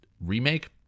remake